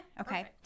okay